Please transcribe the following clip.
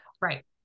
Right